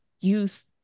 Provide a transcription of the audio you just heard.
youth